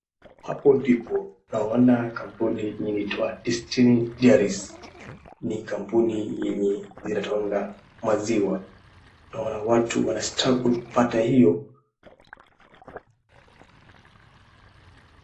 Hapo ndipo naona kampuni inaitwa Destiny Dairies, ni kampuni yenye inatoanga maziwa na wana watu wana struggle kupata hiyo.